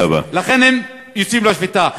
לכן הם יוצאים לשביתה.